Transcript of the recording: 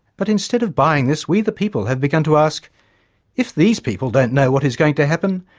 but instead of buying this, we the people have begun to ask if these people don't know what is going to happen,